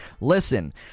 listen